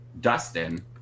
Dustin